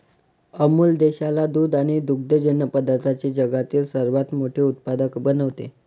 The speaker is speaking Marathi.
अमूल देशाला दूध आणि दुग्धजन्य पदार्थांचे जगातील सर्वात मोठे उत्पादक बनवते